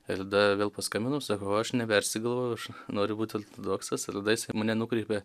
ir tada vėl paskambinu sakau aš nepersigalvojau aš noriu būti ortodoksas ir tada jisai mane nukreipė